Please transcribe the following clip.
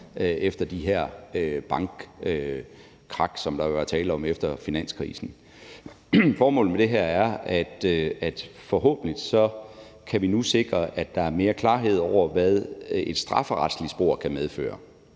efter de her bankkrak, som der jo var tale om efter finanskrisen. Formålet med det her er, at vi nu forhåbentlig kan sikre, at der er mere klarhed over, hvad det strafferetlige spor kan medføre,